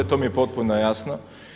To mi je potpuno jasno.